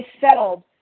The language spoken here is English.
settled